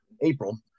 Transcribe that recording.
April